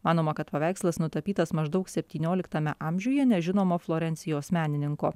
manoma kad paveikslas nutapytas maždaug septynioliktame amžiuje nežinomo florencijos menininko